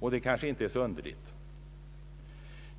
Och det kanske inte är så underligt.